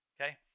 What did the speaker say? Okay